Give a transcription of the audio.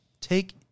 take